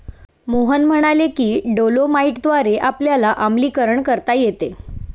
मोहन म्हणाले की डोलोमाईटद्वारे आपल्याला आम्लीकरण करता येते